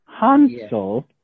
Hansel